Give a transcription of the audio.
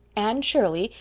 anne shirley,